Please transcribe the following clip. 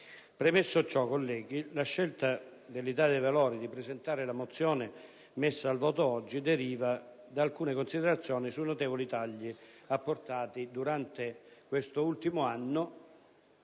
Premesso ciò, colleghi, la scelta dell'Italia dei Valori di presentare la mozione messa al voto oggi deriva da alcune considerazioni sui notevoli tagli apportati durante questo ultimo anno,